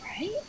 right